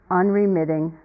unremitting